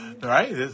right